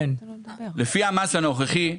לפי המס הנוכחי.